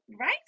Right